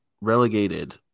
relegated